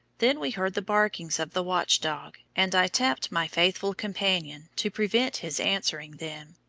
then were heard the barkings of the watch dog, and i tapped my faithful companion to prevent his answering them.